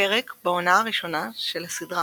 פרק בעונה הראשונה של הסדרה